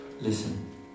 Listen